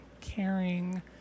caring